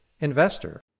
investor